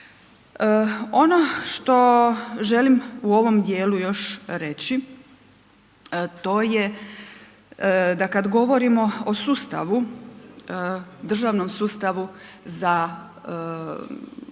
Ono što želim u ovom djelu još reći, to je da kad govorimo o sustavu, državnom sustavu za osobe